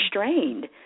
restrained